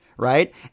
Right